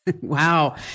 Wow